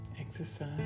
exercise